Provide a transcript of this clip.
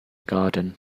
garden